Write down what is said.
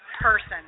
person